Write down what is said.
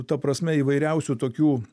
ta prasme įvairiausių tokių